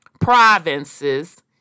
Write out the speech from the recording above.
provinces